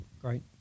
Great